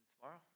tomorrow